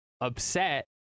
upset